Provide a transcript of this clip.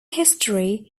history